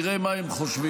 תראה מה הם חושבים.